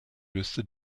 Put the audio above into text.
löste